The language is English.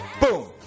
Boom